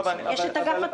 יש את אגף התקציבים.